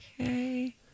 Okay